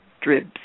drips